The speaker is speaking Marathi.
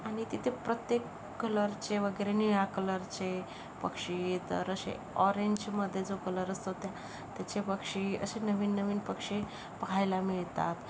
आणि तिथे प्रत्येक कलरचे वगैरे निळ्या कलरचे पक्षी तर असे ऑरेंजमध्ये जो कलर असतो त्या त्याचे पक्षी असे नवीन नवीन पक्षी पहायला मिळतात